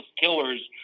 killers